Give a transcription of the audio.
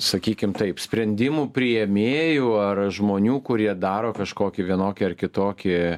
sakykim taip sprendimų priėmėjų ar žmonių kurie daro kažkokį vienokį ar kitokį